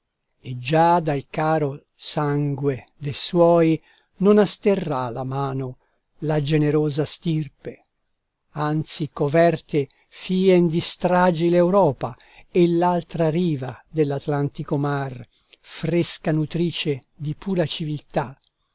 e già dal caro sangue de suoi non asterrà la mano la generosa stirpe anzi coverte fien di stragi l'europa e l'altra riva dell'atlantico mar fresca nutrice di pura civiltà